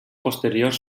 posteriors